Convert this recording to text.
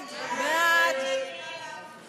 ההסתייגות של קבוצת סיעת המחנה הציוני